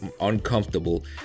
uncomfortable